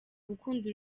gukunda